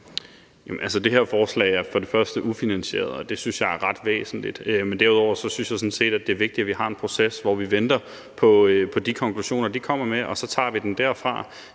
Det her forslag er for det første ufinansieret, og det synes jeg er ret væsentligt. For det andet synes jeg sådan set, det er vigtigt, at vi har en proces, hvor vi venter på de konklusioner, de kommer med, og så tager vi den derfra.